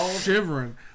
shivering